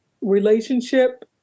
relationship